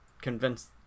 convince